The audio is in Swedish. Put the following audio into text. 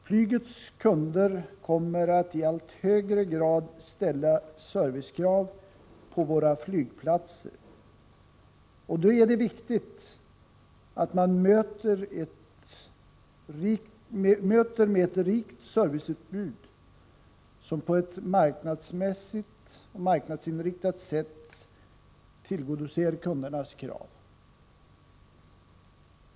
Flygets kunder kommer att i allt högre grad ställa servicekrav på våra flygplatser, och då är det viktigt att man tillmötesgår kunderna med ett rikt serviceutbud som på ett marknadsinriktat sätt tillgodoser deras krav.